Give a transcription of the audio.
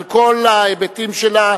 על כל ההיבטים שלה,